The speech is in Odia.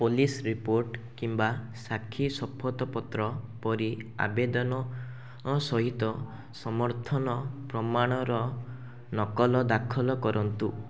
ପୋଲିସ ରିପୋର୍ଟ କିମ୍ବା ସାକ୍ଷୀ ଶପଥପତ୍ର ପରି ଆବେଦନ ସହିତ ସମର୍ଥନ ପ୍ରମାଣର ନକଲ ଦାଖଲ କରନ୍ତୁ